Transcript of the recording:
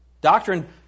Doctrine